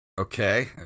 Okay